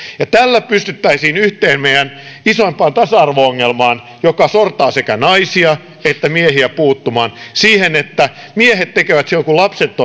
tällä pystyttäisiin puuttumaan yhteen meidän isoimpaan tasa arvo ongelmaan joka sortaa sekä naisia että miehiä siihen että miehet tekevät silloin kun lapset